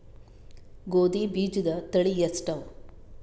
ಗೋಧಿ ಬೀಜುದ ತಳಿ ಎಷ್ಟವ?